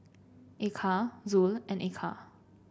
Eka Zul and Eka